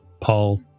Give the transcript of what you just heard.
Paul